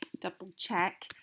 double-check